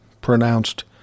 pronounced